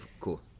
cool